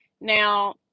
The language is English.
Now